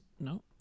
no